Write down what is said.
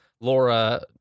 Laura